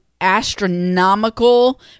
astronomical